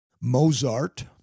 Mozart